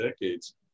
decades